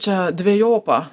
čia dvejopa